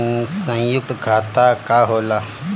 सयुक्त खाता का होला?